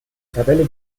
tabelle